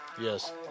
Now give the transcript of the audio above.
yes